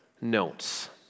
notes